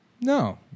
No